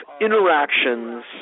interactions